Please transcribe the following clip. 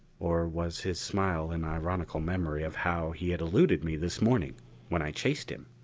or was his smile an ironical memory of how he had eluded me this morning when i chased him?